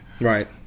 right